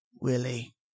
Willie